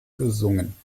gesungen